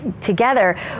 together